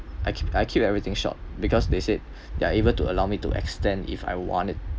I keep I keep everything short because they said they're able to allow me to extend if I want it